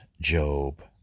Job